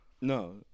No